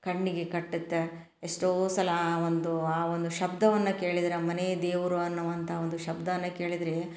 ಕಣ್ಣಿಗೆ ಕಟ್ಟುತ್ತೆ ಎಷ್ಟೋ ಸಲ ಆ ಒಂದು ಆ ಒಂದು ಶಬ್ದವನ್ನು ಕೇಳಿದರೆ ಮನೆದೇವ್ರು ಅನ್ನುವಂಥ ಒಂದು ಶಬ್ದವನ್ನು ಕೇಳಿದರೆ